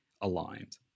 aligned